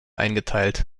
eingeteilt